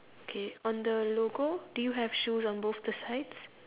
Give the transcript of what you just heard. okay on the logo do you have shoes on both the sides